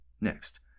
Next